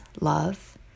love